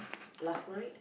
last night